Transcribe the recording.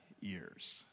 years